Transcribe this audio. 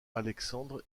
alexandre